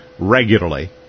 regularly